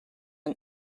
and